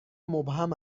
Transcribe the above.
مبهم